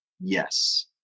yes